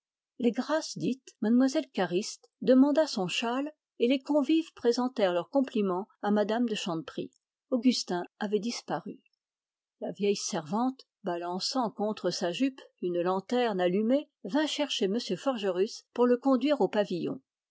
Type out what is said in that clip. les grâces dites mlle cariste demanda son manteau et les convives présentèrent leurs compliments à mme de chanteprie augustin avait disparu la vieille servante balançant contre sa jupe une lanterne allumée vint chercher m forgerus pour le conduire au pavillon